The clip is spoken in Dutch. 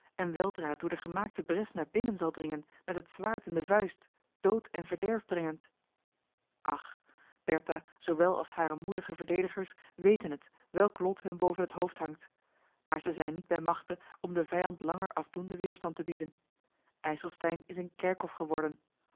en weldra door de gemaakte bres naar binnen zal dringen met het zwaard in de vuist dood en verderf brengend ach bertha zoowel als hare moedige verdedigers weten het welk lof hun boven het hoofd hangt maar zij zijn niet bij machte om den vijand langer afdoenden weerstand te bieden ijselstein is een kerkhof geworden